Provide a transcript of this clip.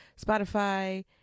Spotify